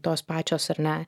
tos pačios ar ne